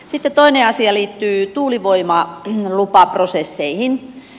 sitten toinen asia liittyy tuulivoimalupaprosesseihin